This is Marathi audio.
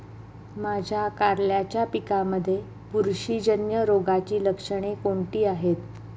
माझ्या कारल्याच्या पिकामध्ये बुरशीजन्य रोगाची लक्षणे कोणती आहेत?